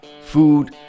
food